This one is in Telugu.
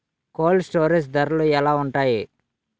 కోల్డ్ స్టోరేజ్ ధరలు ఎలా ఉంటాయి?